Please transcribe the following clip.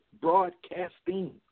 Broadcasting